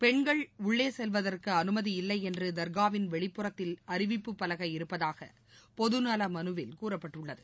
பெண்கள் உள்ளே செல்வதற்கு அனுமதி இல்லை என்று தர்காவின் வெளிப்புறத்தில் அறிவிப்பு பலகை இருப்பதாக பொதுநல மனுவில் கூறப்பட்டுள்ளது